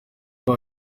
bacu